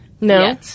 No